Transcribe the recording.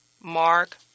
Mark